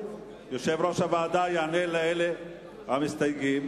יושב-ראש הוועדה יענה למסתייגים.